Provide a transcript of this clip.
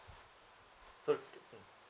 sorry mm